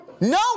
No